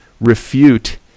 refute